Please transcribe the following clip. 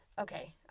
Okay